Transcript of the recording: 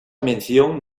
mención